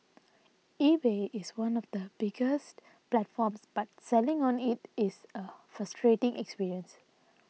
eBay is one of the biggest platforms but selling on it is a frustrating experience